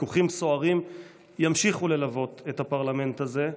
ויכוחים סוערים ימשיכו ללוות את הפרלמנט הזה.